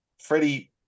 Freddie